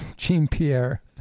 Jean-Pierre